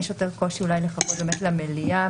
יש יותר קושי אולי לחכות למליאה,